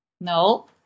no